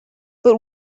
but